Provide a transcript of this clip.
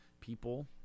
people